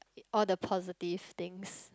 all the positive things